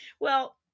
Well-